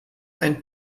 ein